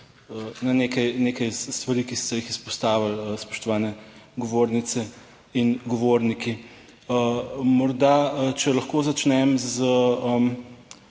na nekaj stvari, ki ste jih izpostavili, spoštovane govornice in govorniki. Morda, če lahko začnem z